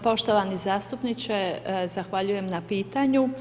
Poštovani zastupniče, zahvaljujem na pitanju.